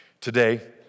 today